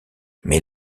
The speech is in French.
mais